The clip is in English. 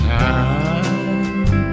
time